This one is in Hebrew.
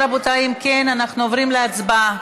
רבותיי, אם כן, אנחנו עוברים להצבעה.